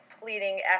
pleading